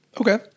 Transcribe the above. Okay